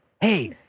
hey